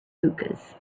hookahs